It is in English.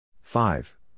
Five